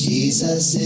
Jesus